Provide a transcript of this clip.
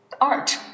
art